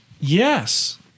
yes